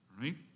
right